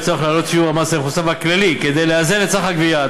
יהיה צורך להעלות את שיעור מס ערך מוסף הכללי כדי לאזן את סך הגבייה.